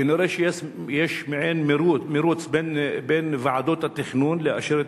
כנראה יש מעין מירוץ בין ועדות התכנון לאשר את